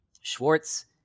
schwartz